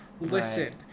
listen